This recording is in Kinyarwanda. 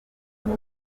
kona